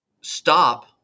stop